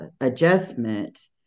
adjustment